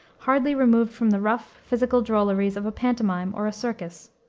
hardly removed from the rough, physical drolleries of a pantomime or a circus.